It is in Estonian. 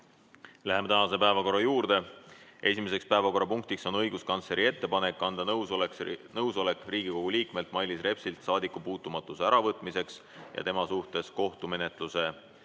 Läheme tänase päevakorra juurde. Esimene päevakorrapunkt on õiguskantsleri ettepanek anda nõusolek Riigikogu liikmelt Mailis Repsilt saadikupuutumatuse äravõtmiseks ja tema suhtes kohtumenetluse